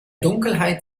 dunkelheit